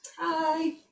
hi